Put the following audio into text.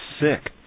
sick